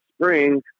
spring